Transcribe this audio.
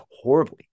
horribly